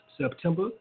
September